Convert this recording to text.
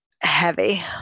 heavy